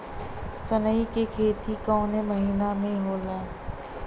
सनई का खेती कवने महीना में होला?